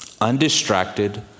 Undistracted